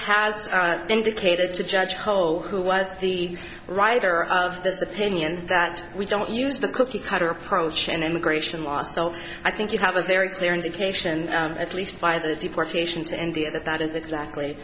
has indicated to judge whole who was the writer of this opinion that we don't use the cookie cutter approach in immigration law so i think you have a very clear indication at least by the deportation to india that that is exactly